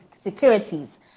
Securities